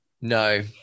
No